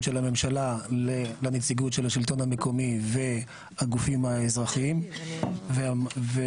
של הממשלה לנציגות של השלטון המקומי והגופים האזרחיים והצגנו